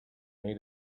made